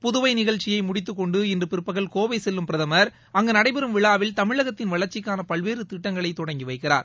புதுவை நிகழ்ச்சியை முடித்துக் கொண்டு இன்று பிற்பகல் கோவை செல்லும் பிரதமா் அங்கு நடைபெறும் விழாவில் தமிழகத்தின் வளர்ச்சிக்கான பல்வேறு திட்டங்களை தொடங்கி வைக்கிறார்